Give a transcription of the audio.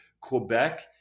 Quebec